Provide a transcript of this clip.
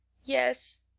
yes,